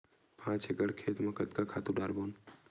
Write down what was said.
पांच एकड़ खेत म कतका खातु डारबोन?